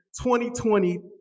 2020